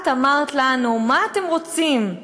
את אמרת לנו: מה אתם רוצים,